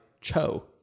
Cho